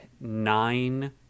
nine